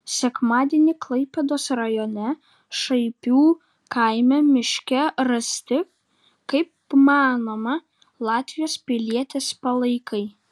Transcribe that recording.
sekmadienį klaipėdos rajone šaipių kaime miške rasti kaip manoma latvijos pilietės palaikai